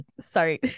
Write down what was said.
Sorry